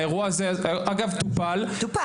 האירוע הזה, אגב טופל --- טופל.